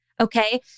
Okay